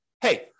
hey